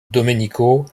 domenico